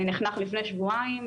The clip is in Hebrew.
שנחנך לפני שבועיים.